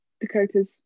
Dakota's